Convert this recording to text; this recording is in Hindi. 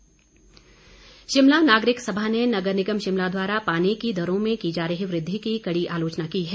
नागरिक समा शिमला नागरिक सभा ने नगर निगम शिमला द्वारा पानी की दरों में की जा रही वृद्धि की कड़ी आलोचना की है